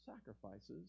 sacrifices